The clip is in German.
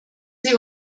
sie